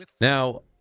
Now